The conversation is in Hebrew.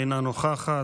אינה נוכחת,